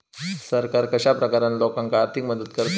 सरकार कश्या प्रकारान लोकांक आर्थिक मदत करता?